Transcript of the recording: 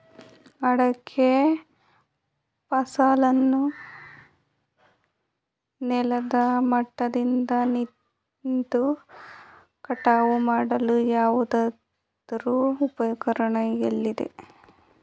ಅಡಿಕೆ ಫಸಲನ್ನು ನೆಲದ ಮಟ್ಟದಿಂದ ನಿಂತು ಕಟಾವು ಮಾಡಲು ಯಾವುದಾದರು ಉಪಕರಣ ಇದೆಯಾ?